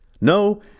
No